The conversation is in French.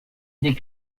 des